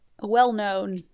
Well-known